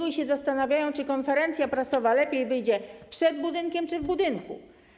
I się zastanawiają, czy konferencja prasowa lepiej wyjdzie przed budynkiem czy w budynku.